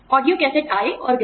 audio cassette आए और गए